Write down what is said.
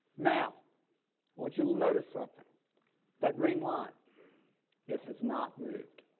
now once you'll notice something that green line it has not moved